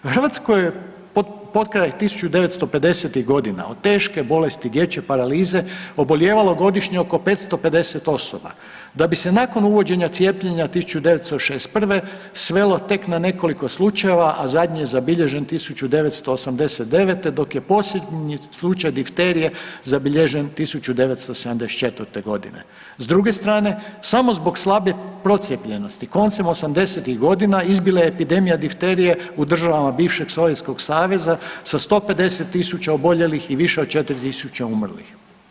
U Hrvatskoj je potkraj 1950-ih godina od teške bolesti dječje paralize obolijevalo godišnje oko 550 osoba, da bi se nakon uvođenja cijepljenja 1961. svelo tek na nekoliko slučajeva, a zadnji je zabilježen 1989. dok je posljednji slučaj difterije zabilježen 1974. g. S druge strane, samo zbog slabije procijepljenosti, koncem 80-ih godina izbila je epidemija difterije u državama bivšeg Sovjetskog saveza sa 150 tisuća oboljelih i više od 4 tisuće umrlih.